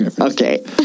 okay